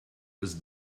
was